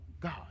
God